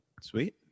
Sweet